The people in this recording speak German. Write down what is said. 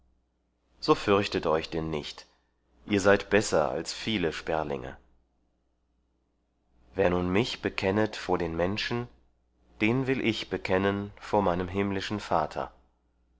so fürchtet euch denn nicht ihr seid besser als viele sperlinge wer nun mich bekennet vor den menschen den will ich bekennen vor meinem himmlischen vater